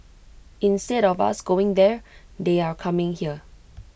instead of us going there they are coming here